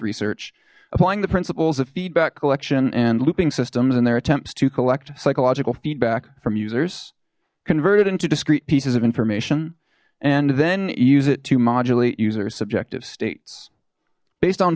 research applying the principles of feedback collection and looping systems and their attempts to collect psychological feedback from users converted into discrete pieces of information and then use it to modulate users subjective states based on